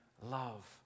love